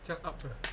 这样 ups ah